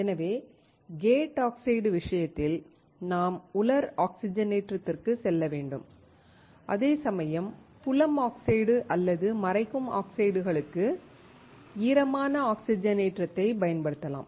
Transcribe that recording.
எனவே gate oxide விஷயத்தில் நாம் உலர் ஆக்சிஜனேற்றத்திற்கு செல்ல வேண்டும் அதேசமயம் புலம் ஆக்சைடு அல்லது மறைக்கும் ஆக்சைடுகளுக்கு ஈரமான ஆக்சிஜனேற்றத்தைப் பயன்படுத்தலாம்